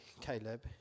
Caleb